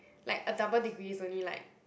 like a double degree is only like